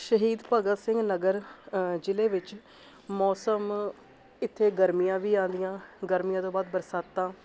ਸ਼ਹੀਦ ਭਗਤ ਸਿੰਘ ਨਗਰ ਜ਼ਿਲ੍ਹੇ ਵਿੱਚ ਮੌਸਮ ਇੱਥੇ ਗਰਮੀਆਂ ਵੀ ਆਉਂਦੀਆਂ ਗਰਮੀਆਂ ਤੋਂ ਬਾਅਦ ਬਰਸਾਤਾਂ